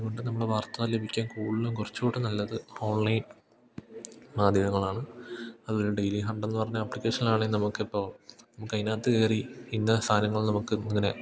അതു കൊണ്ട് നമ്മൾ വാർത്ത ലഭിക്കാൻ കൂടുതലും കുറച്ചു കൂടി നല്ലത് ഓൺലൈൻ മാധ്യമങ്ങളാണ് അതു പോലെ ഡെയിലി ഹണ്ടെന്നു പറഞ്ഞ അപ്ലിക്കേഷനാണെങ്കിൽ നമുക്കിപ്പോൾ നമുക്ക് അതിനകത്ത് കയറി ഇന്ന സാധനങ്ങൾ നമുക്ക് ഇങ്ങനെ